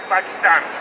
Pakistan